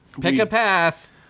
Pick-A-Path